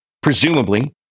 presumably